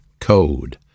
code